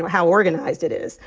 how organized it is.